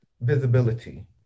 visibility